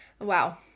Wow